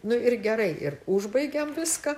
nu ir gerai ir užbaigėm viską